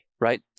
right